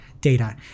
data